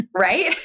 right